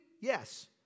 Yes